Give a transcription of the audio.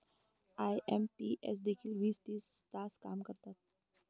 IMPS देखील वीस तास काम करतात?